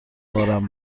بارم